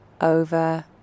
over